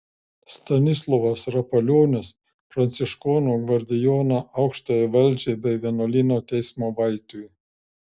stanislovas rapolionis pranciškonų gvardijono aukštajai valdžiai bei vienuolyno teismo vaitui